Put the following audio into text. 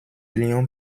lyon